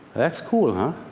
that's cool, huh?